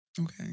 Okay